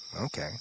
Okay